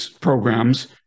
programs